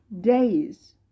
days